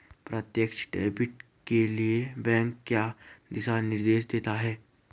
प्रत्यक्ष डेबिट के लिए बैंक क्या दिशा निर्देश देते हैं?